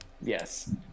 yes